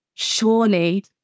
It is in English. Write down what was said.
surely